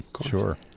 sure